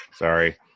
Sorry